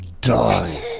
die